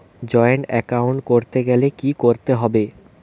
Joint account করতে গেলে কি করতে হবে?